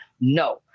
no